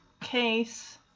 case